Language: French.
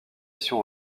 mission